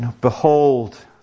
Behold